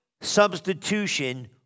substitution